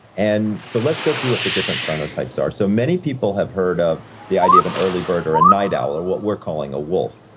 and so let's go through what the different chronotypes are. so, many people have heard of the idea of an early bird or a night owl, or what we're calling a wolf.